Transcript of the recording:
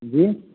जी